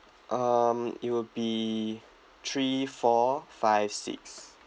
um it will be three four five six